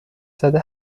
زده